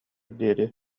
диэри